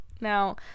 now